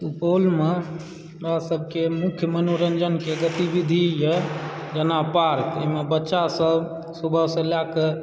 सुपौलमऽ हमरा सभके मुख्य मनोरञ्जनके गतिविधि यऽ जेना पार्क ओहिमे बच्चासभ सुबहसँ लैकऽ